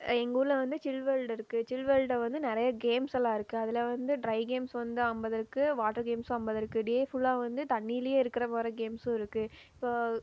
எங்கள் ஊரில் வந்து சில் வேல்டு இருக்குது சில் வேல்டில் வந்து நிறைய கேம்ஸ் எல்லாம் இருக்குது அதில் வந்து ட்ரை கேம்ஸ் வந்து ஐம்பது இருக்குது வாட்டர் கேம்ஸ்ஸும் ஐம்பது இருக்குது டே ஃபுல்லாவும் வந்து தண்ணியிலே இருக்கிற மாதிரி கேம்ஸ்ஸும் இருக்குது